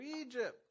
Egypt